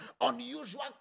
Unusual